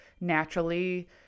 naturally